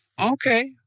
okay